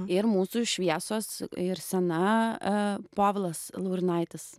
ir mūsų šviesos ir scena povilas laurinaitis